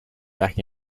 back